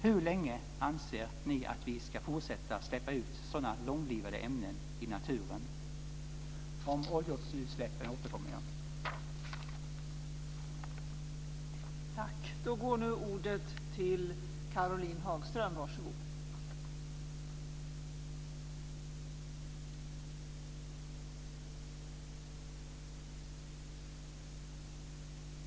Hur länge anser ni att vi ska fortsätta att släppa ut sådana långlivade ämnen i naturen? Till oljeutsläppen återkommer jag.